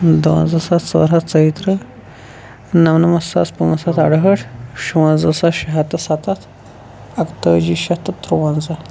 دُوَنزَہ ساس ژور ہَتھ ژویہِ ترٕہ نَمنَمَتھ ساس پانٛژھ ہَتھ اَڑٕہٲٹھ شُوَنزَہہ ساس شیٚے ہَتھ تہٕ سَتَتھ اَکتٲجی شیٚھ تہٕ تروَنزَہ